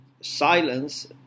Silence